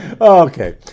Okay